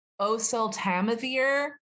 oseltamivir